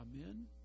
Amen